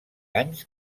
anys